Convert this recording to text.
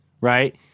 Right